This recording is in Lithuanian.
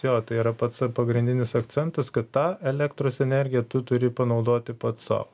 jo tai yra pats pagrindinis akcentas kad tą elektros energiją tu turi panaudoti pats sau